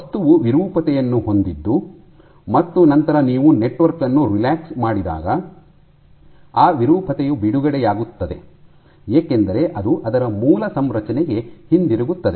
ವಸ್ತುವು ವಿರೂಪತೆಯನ್ನು ಹೊಂದಿದ್ದು ಮತ್ತು ನಂತರ ನೀವು ನೆಟ್ವರ್ಕ್ ಅನ್ನು ರಿಲ್ಯಾಕ್ಸ್ ಮಾಡಿದಾಗ ಆ ವಿರೂಪತೆಯು ಬಿಡುಗಡೆಯಾಗುತ್ತದೆ ಏಕೆಂದರೆ ಅದು ಅದರ ಮೂಲ ಸಂರಚನೆಗೆ ಹಿಂತಿರುಗುತ್ತದೆ